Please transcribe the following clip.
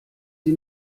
sie